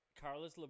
Carlos